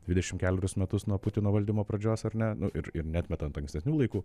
dvidešim kelerius metus nuo putino valdymo pradžios ar ne nu ir ir neatmetant ankstesnių laikų